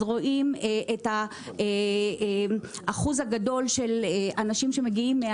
אז רואים את האחוז הגדול של אנשים שמגיעים.